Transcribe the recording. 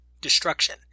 Destruction